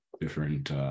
different